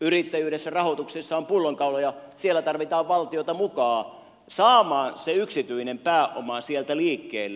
yrittäjyydessä rahoituksessa on pullonkauloja siellä tarvitaan valtiota mukaan saamaan se yksityinen pääoma sieltä liikkeelle